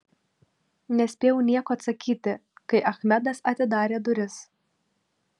nespėjau nieko atsakyti kai achmedas atidarė duris